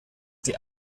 die